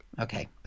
Okay